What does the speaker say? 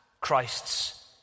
Christ's